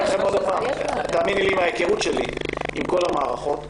מן ההיכרות שלי עם כל המערכות,